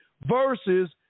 versus